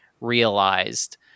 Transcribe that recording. realized